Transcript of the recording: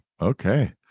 Okay